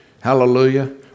Hallelujah